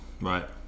Right